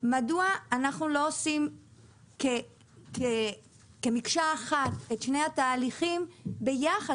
מדוע אנחנו לא עושים כמקשה אחת את שני התהליכים ביחד?